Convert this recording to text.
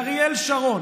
ואריאל שרון,